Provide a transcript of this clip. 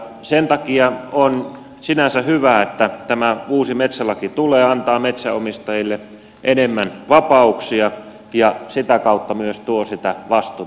sen takia on sinänsä hyvä että tämä uusi metsälaki tulee antaa metsänomistajille enemmän vapauksia ja sitä kautta myös tuo sitä vastuuta